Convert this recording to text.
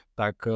tak